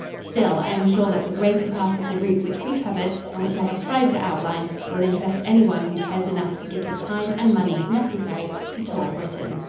still, i am sure that the greater part of the route which we covered and which i have tried to outline will interest anyone who cares enough to give the time and money necessary to tour britain.